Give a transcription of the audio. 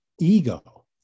ego